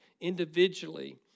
individually